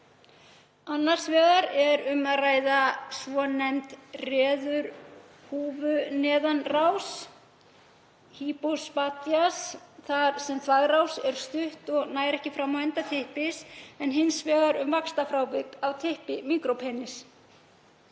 Annars vegar er um að ræða svonefnda reðurhúfuneðanrás, (e. hypospadias), þar sem þvagrás er stutt og nær ekki fram á enda typpis, en hins vegar um vaxtarfrávik á typpi (e. micropenis).